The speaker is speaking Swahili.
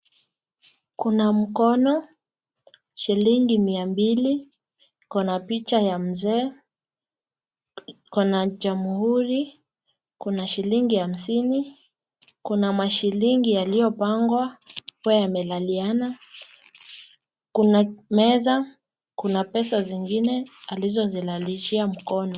Kuna mkono, shilingi mia mbili, kuna picha ya mzee, kuna jamhuri, kuna shilingi hamsini, kuna mashilingi yaliopangwa ambayo yamelaliana, kuna meza, kuna pesa zingine alizozilalishia mkono.